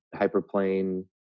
Hyperplane